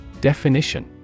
Definition